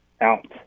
out